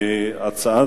נתקבלה.